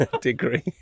degree